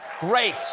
Great